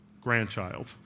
grandchild